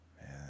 Man